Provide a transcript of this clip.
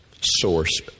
source